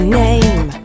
name